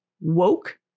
woke